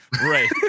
right